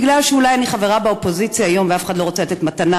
אולי בגלל שאני חברה באופוזיציה היום ואף אחד לא רוצה לתת מתנה,